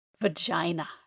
Vagina